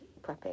prepping